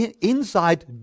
inside